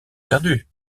perdues